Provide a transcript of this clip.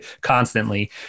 constantly